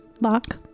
Lock